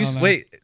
Wait